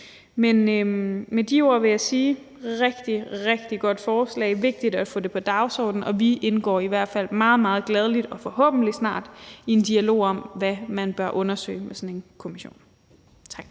Med de ord vil jeg sige, at det er et rigtig, rigtig godt forslag, og det er vigtigt at få det på dagsordenen. Og vi indgår i hvert fald meget, meget gerne – og forhåbentlig snart – i en dialog om, hvad man bør undersøge i sådan en kommission. Tak.